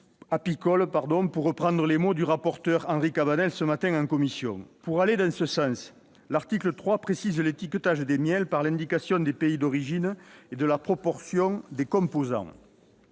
pour reprendre les mots du rapporteur Henri Cabanel ce matin en commission. Pour aller dans ce sens, l'article 3 précise l'étiquetage des miels par l'indication des pays d'origine et de la proportion des composants.